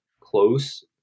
close